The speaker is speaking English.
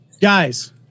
guys